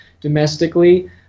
domestically